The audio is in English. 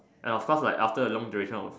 and of course like after a long duration